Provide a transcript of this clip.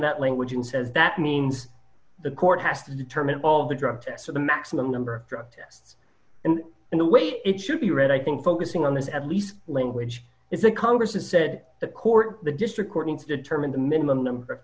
that language and says that means the court has to determine all of the drug tests for the maximum number of drug tests and in the way it should be read i think focusing on this at least language is a congressman said the court the district court and to determine the minimum number of